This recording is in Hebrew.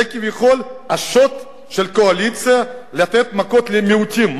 זה כביכול השוט של הקואליציה לתת מכות למיעוטים.